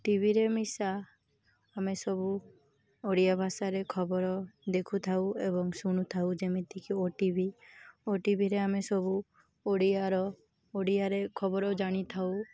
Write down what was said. ଟିଭିରେ ମିଶା ଆମେ ସବୁ ଓଡ଼ିଆ ଭାଷାରେ ଖବର ଦେଖୁ ଥାଉ ଏବଂ ଶୁଣୁ ଥାଉ ଯେମିତିକି ଓ ଟି ଭି ଓଟିଭିରେ ଆମେ ସବୁ ଓଡ଼ିଆର ଓଡ଼ିଆରେ ଖବର ଜାଣି ଥାଉ